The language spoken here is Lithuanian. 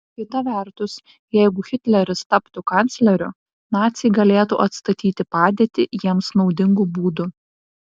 kita vertus jeigu hitleris taptų kancleriu naciai galėtų atstatyti padėtį jiems naudingu būdu